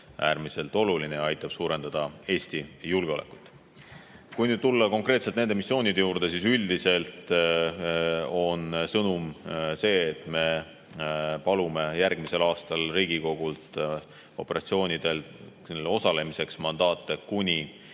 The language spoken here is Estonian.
äärmiselt oluline ja aitab suurendada ka Eesti julgeolekut. Kui nüüd tulla konkreetselt nende missioonide juurde, siis üldiselt on sõnum see, et me palume järgmisel aastal Riigikogult operatsioonidel osalemiseks mandaati kuni